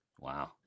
Wow